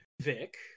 Vic